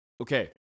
okay